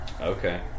Okay